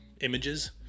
images